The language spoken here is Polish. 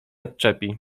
odczepi